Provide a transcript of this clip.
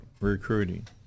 recruiting